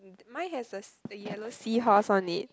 mine has a yellow sea horse on it